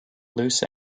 loose